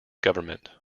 government